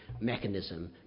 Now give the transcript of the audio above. mechanism